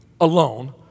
alone